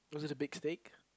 was it a big steak